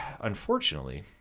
unfortunately